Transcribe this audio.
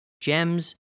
gems